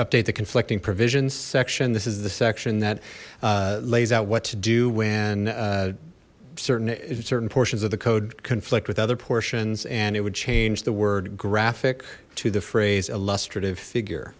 update the conflicting provisions section this is the section that lays out what to do when certain certain portions of the code conflict with other portions and it would change the word graphic to the phras